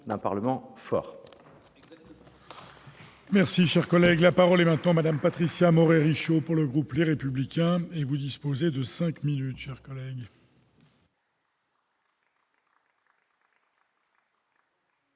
d'un Parlement fort.